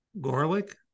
garlic